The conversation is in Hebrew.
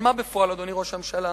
אבל מה בפועל, אדוני ראש הממשלה?